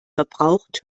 verbraucht